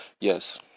yes